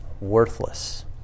worthless